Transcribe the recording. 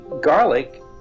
garlic